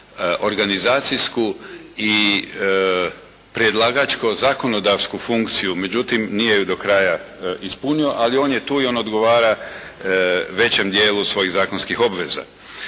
organizacijsku i predlagačko-zakonodavsku funkciju. Međutim, nije ju do kraja ispunio. Ali on je tu i on odgovara većem dijelu svojih zakonskih obveza.